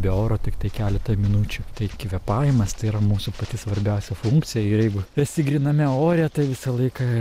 be oro tiktai keletą minučių tai kvėpavimas tai yra mūsų pati svarbiausia funkcija jeigu esi gryname ore tai visą laiką